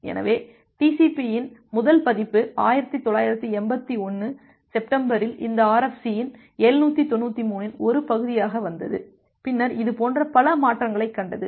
எனவே டிசிபி இன் முதல் பதிப்பு 1981 செப்டம்பரில் இந்த RFC 793 இன் ஒரு பகுதியாக வந்தது பின்னர் இது போன்ற பல மாற்றங்களைக் கண்டது